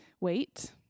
wait